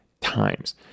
times